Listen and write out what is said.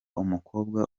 umukobwa